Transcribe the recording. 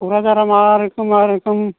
क'कराझारा मारोखोम मारोखोम